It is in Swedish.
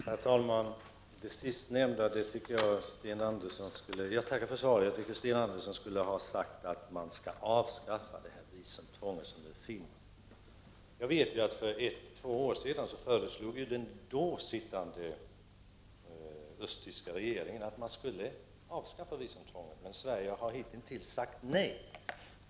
Herr talman! Jag tackar för svaret. Sten Andersson borde enligt min mening ha sagt att man skall avskaffa det visumtvång som nu finns. För ett eller två år sedan föreslog den då sittande östtyska regeringen att visumtvånget skulle avskaffas, men Sverige har hitintills sagt nej.